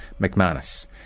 McManus